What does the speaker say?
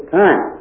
time